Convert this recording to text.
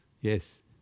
Yes